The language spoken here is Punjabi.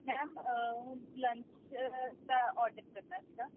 ਮੈਮ ਲੰਚ ਦਾ ਔਡਰ ਕਰਨਾ ਸੀਗਾ